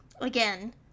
again